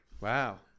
Wow